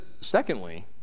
secondly